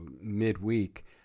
midweek